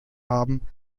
haben